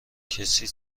کسی